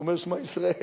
ואומר "שמע ישראל",